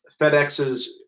FedEx's